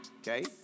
okay